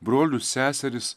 brolius seseris